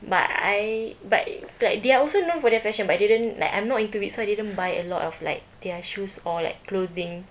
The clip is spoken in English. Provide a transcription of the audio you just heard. but I but like they are also known for their fashion but I didn't like I'm not into it so I didn't buy a lot of like their shoes or like clothing